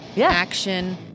action